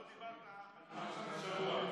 לא דיברת על פרשת השבוע.